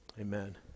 amen